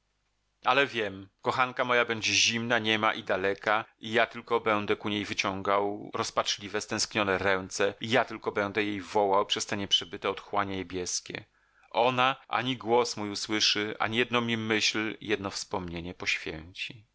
ale wiem kochanka moja będzie zimna niema i daleka i ja tylko będę ku niej wyciągał rozpaczliwe stęsknione ręce i ja tylko będę jej wołał przez te nieprzebyte otchłanie niebieskie ona ani głos mój usłyszy ani jedną mi myśl jedno wspomnienie poświęci